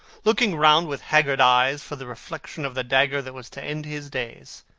looking round with haggard eyes for the reflection of the dagger that was to end his days,